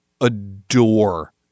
adore